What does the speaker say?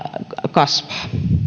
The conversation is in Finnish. kasvaa